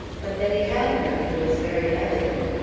but that he had money was very evident,